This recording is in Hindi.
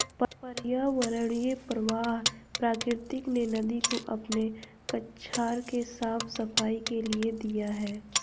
पर्यावरणीय प्रवाह प्रकृति ने नदी को अपने कछार के साफ़ सफाई के लिए दिया है